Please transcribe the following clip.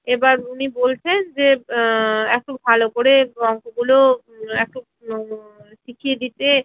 এবার উনি বলছেন যে একটু ভালো করে অঙ্কগুলো একটু শিখিয়ে দিতে